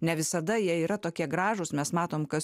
ne visada jie yra tokie gražūs mes matom kas